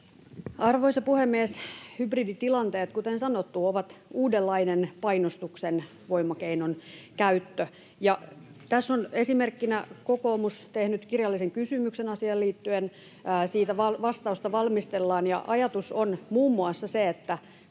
Arvoisa puhemies! Hybriditilanteet, kuten sanottu, ovat uudenlainen painostuksen voimakeinon käyttö, ja esimerkkinä kokoomus on tehnyt kirjallisen kysymyksen asiaan liittyen. Vastausta siihen valmistellaan, ja ajatus on muun muassa se, että